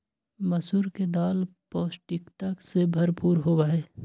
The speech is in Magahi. मसूर के दाल पौष्टिकता से भरपूर होबा हई